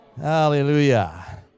Hallelujah